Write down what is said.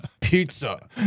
pizza